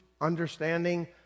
understanding